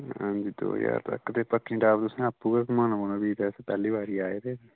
हां जी दो ज्हार तक ते पत्नीटाप तुसें आपू गै घूमाने पौना फ्ही ते अस पैह्ली बारी आए ते